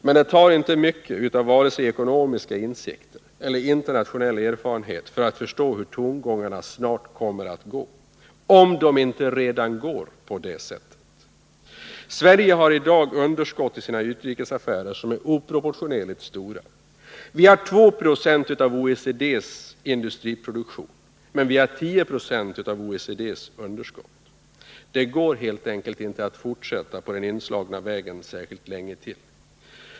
Men det kräver inte mycket av ekonomiska insikter eller internationell erfarenhet för att förstå hur tongångarna snart kommer att gå, om de inte redan går på det sättet. Sverige har i dag underskott i sina utrikesaffärer som är oproportionerligt stora. Vi har 2 76 av OECD:s industriproduktion, men vi har 10 96 av dess underskott. Det går helt enkelt inte att fortsätta på den inslagna vägen särskilt länge till.